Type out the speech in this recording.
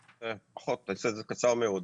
פחות, אעשה את זה קצר מאוד.